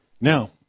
Now